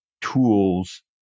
tools